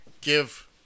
give